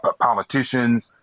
politicians